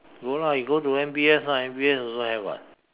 no lah you go to M_B_S lah M_B_S also have [what]